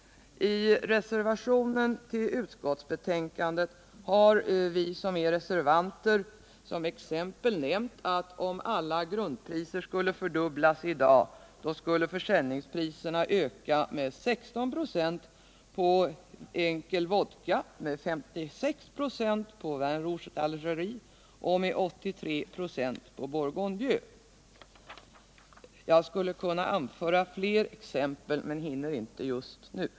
I reservationen 1 till utskottsbetänkandet har vi reservanter som exempel nämnt att om alla grundpriser fördubblades i dag, skulle försäljningspriserna öka med 16 96 på enkel vodka, med 56 24 på Vin Rouge d"Algérie och med 83 26 på Bourgogne Vicux. Jag skulle kunna anföra fler exempel men hinner inte just.nu.